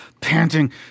panting